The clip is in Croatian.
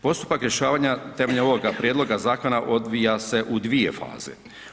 Postupak rješavanja temeljem ovoga prijedloga zakona odvija se u dvije faze.